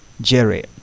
Jerry